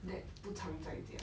dad 不常在家